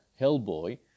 Hellboy